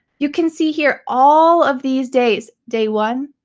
you can see here all of these days. day one,